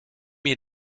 ihr